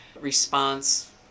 response